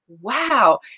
wow